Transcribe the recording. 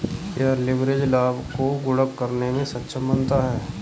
क्या लिवरेज लाभ को गुणक करने में सक्षम बनाता है?